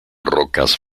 rocas